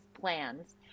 plans